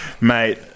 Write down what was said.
Mate